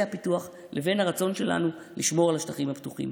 הפיתוח לבין הרצון שלנו לשמור על השטחים הפתוחים?